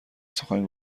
سخن